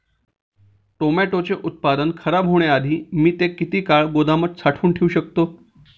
टोमॅटोचे उत्पादन खराब होण्याआधी मी ते किती काळ गोदामात साठवून ठेऊ शकतो?